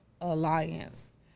alliance